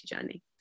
journey